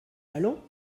allons